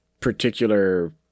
particular